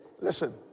Listen